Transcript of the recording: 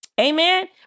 Amen